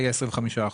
יהיו 25 אחוזים.